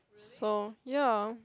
so ya